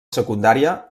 secundària